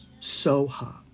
Soha